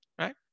right